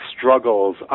struggles